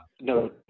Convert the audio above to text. No